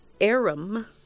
arum